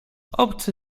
obcy